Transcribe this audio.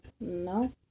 No